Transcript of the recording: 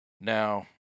Now